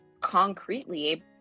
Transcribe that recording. concretely